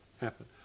happen